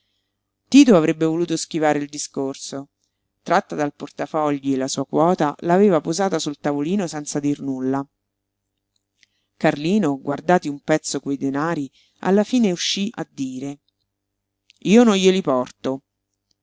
tito avrebbe voluto schivare il discorso tratta dal portafogli la sua quota l'aveva posata sul tavolino senza dir nulla carlino guardati un pezzo quei denari alla fine uscí a dire io non glieli porto